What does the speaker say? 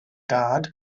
dad